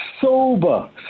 sober